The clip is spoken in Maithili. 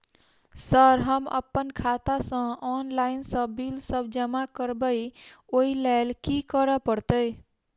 सर हम अप्पन खाता सऽ ऑनलाइन सऽ बिल सब जमा करबैई ओई लैल की करऽ परतै?